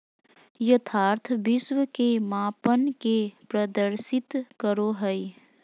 यथार्थ विश्व के मापन के प्रदर्शित करो हइ